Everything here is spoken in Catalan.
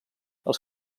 els